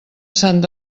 sant